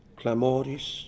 clamoris